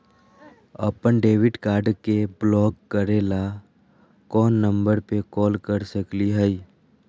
अपन debit card के block करे ला कौन नंबर पे कॉल कर सकली हई?